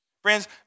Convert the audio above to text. Friends